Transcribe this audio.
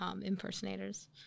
impersonators